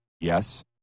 Yes